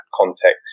context